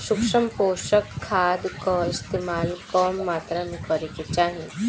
सूक्ष्म पोषक खाद कअ इस्तेमाल कम मात्रा में करे के चाही